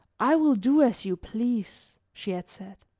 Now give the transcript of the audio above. i will do as you please, she had said.